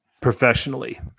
professionally